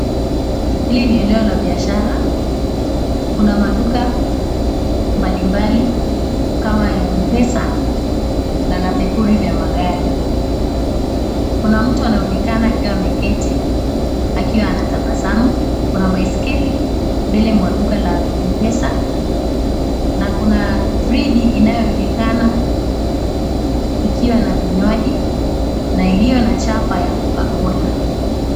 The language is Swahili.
Hili ni eneo la biashara. Kuna maduka mbali mbali kama ya M-PESA na la vipuri vya magari. Kuna mtu anaonekana akiwa ameketi akiwa anatabasamu. Kuna baiskeli mbele mwa duka la M-PESA , na kuna fridge inayo onekana ikiwa na vinywaji na iliyo na chapa la COCACOLA .